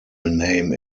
name